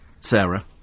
Sarah